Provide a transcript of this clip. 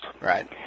Right